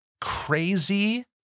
crazy